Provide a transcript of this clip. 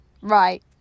Right